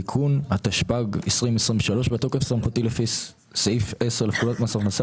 בתוקף סמכותי לפי סעיף 10 לפקודת מס הכנסה,